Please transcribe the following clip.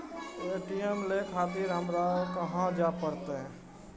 ATM ले खातिर हमरो कहाँ जाए परतें?